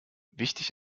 wichtig